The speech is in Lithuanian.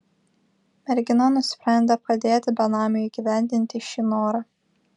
mergina nusprendė padėti benamiui įgyvendinti šį norą